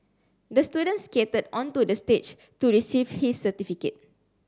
the student skated onto the stage to receive his certificate